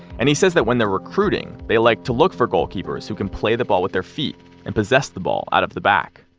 and he says that when they're recruiting, they like to look for goalkeepers who can play the ball with their feet and possess the ball out of the back.